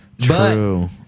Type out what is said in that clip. True